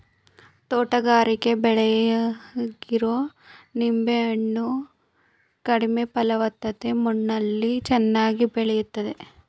ತೋಟಗಾರಿಕೆ ಬೆಳೆಯಾಗಿರೊ ನಿಂಬೆ ಹಣ್ಣು ಕಡಿಮೆ ಫಲವತ್ತತೆ ಮಣ್ಣಲ್ಲಿ ಚೆನ್ನಾಗಿ ಬೆಳಿತದೆ